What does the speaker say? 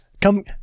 Come